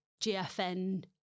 GFN